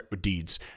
deeds